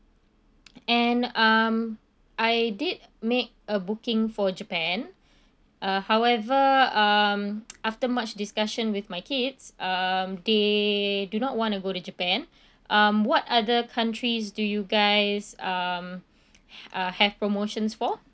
and um I did make a booking for japan uh however um after much discussion with my kids um they do not want to go to japan um what other countries do you guys um uh have promotions for